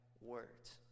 words